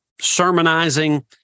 sermonizing